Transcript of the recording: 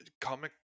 comic